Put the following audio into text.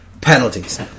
penalties